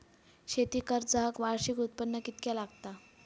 शेती कर्जाक वार्षिक उत्पन्न कितक्या लागता?